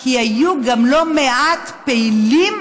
כי היו גם לא מעט פעילים